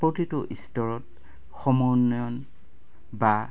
প্ৰতিটো স্তৰত সমুন্নয়ন বা